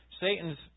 Satan's